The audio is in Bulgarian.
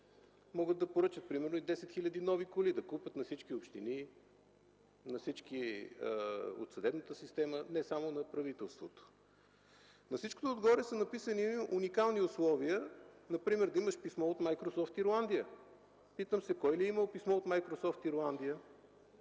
Могат да поръчат примерно и 10 хил. нови коли. Да купят на всички общини, на всички от съдебната система, не само на правителството. На всичкото отгоре са написани уникални условия, например да имаш писмо от „Майкрософт” – Ирландия. Питам се: кой ли е имал писмо от „Майкрософт” – Ирландия,